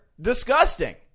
disgusting